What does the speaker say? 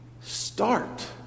start